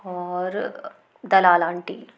और दलाल आंटी